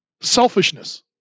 Selfishness